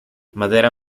madera